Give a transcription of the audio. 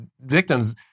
victims